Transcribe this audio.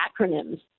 acronyms